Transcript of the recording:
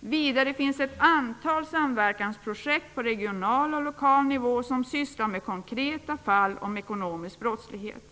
Vidare finns ett antal samverkansprojekt på regional och lokal nivå som sysslar med konkreta fall av ekonomisk brottslighet.